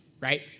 right